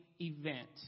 event